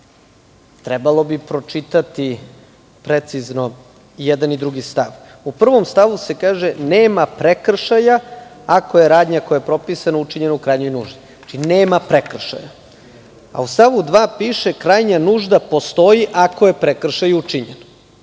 Trebalo bi pročitati precizno i jedan i drugi stav.U 1. stavu se kaže – nema prekršaja ako je radnja koja je propisana učinjena u krajnjoj nuždi. Znači, nema prekršaja. U stavu 2. piše – krajnja nužda postoji ako je prekršaj učinjen. Čekajte,